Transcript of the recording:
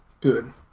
Good